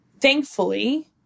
thankfully